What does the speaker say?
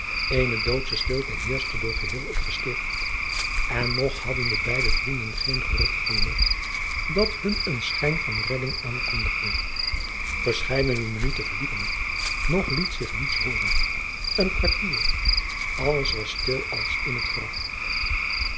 eene doodsche stilte heerschte door geheel het gesticht en nog hadden de beide vrienden geen gerucht gehoord dat hun een schijn van redding aankondigde verscheidene minuten verliepen er nog liet zich niets hooren een kwartier alles was stil als in het graf